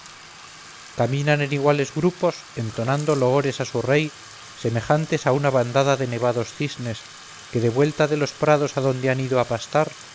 caminaban en iguales grupos entonando loores a su rey semejantes a una bandada de nevados cisnes que de vuelta de los prados adonde han ido a pastar